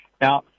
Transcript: Now